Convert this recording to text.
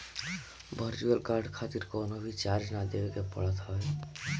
virtual card खातिर कवनो भी चार्ज ना देवे के पड़त हवे